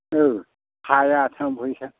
हाया थाखा फैसा